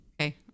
Okay